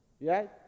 right